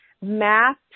Math